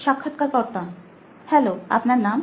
সাক্ষাৎকারকর্তা হ্যালোআপনার নাম